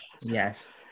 Yes